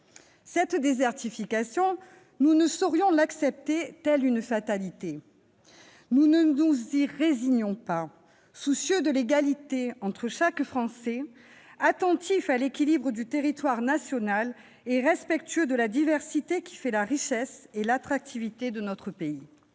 Cette désertification, nous ne saurions l'accepter, telle une fatalité ! Nous ne nous y résignons pas, soucieux de l'égalité entre tous les Français, attentifs à l'équilibre du territoire national et respectueux de la diversité qui fait la richesse et l'attractivité de notre pays